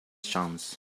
chance